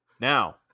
Now